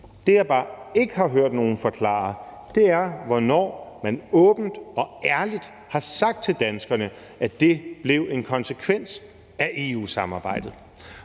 Det, jeg bare ikke har hørt nogen forklare, er, hvornår man åbent og ærligt har sagt til danskerne, at det blev en konsekvens af EU-samarbejdet.